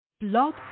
Blog